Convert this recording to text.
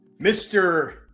Mr